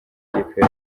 ikipe